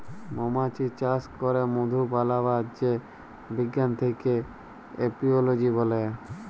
মমাছি চাস ক্যরে মধু বানাবার যে বিজ্ঞান থাক্যে এপিওলোজি ব্যলে